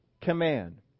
command